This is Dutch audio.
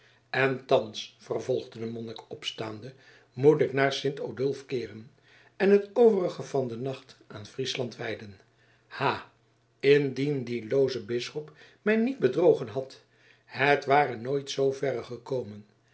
en thans vervolgde de monnik opstaande moet ik naar sint odulf keeren en het overige van den nacht aan friesland wijden ha indien die looze bisschop mij niet bedrogen had het ware nooit zooverre gekomen